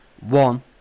One